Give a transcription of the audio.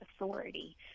authority